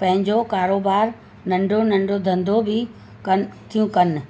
पंहिंजो कारोबार नंढो नंढो धंधो बि कनि थियूं कनि